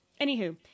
Anywho